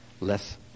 less